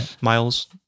miles